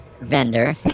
vendor